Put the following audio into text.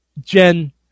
Jen